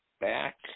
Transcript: back